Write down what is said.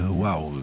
וואו,